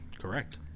Correct